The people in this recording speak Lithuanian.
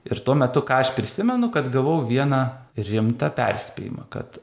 ir tuo metu ką aš prisimenu kad gavau vieną rimtą perspėjimą kad